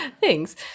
thanks